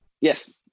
Yes